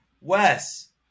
Wes